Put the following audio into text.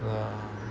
well